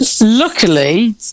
luckily